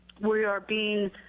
we are being